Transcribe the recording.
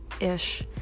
ish